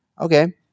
okay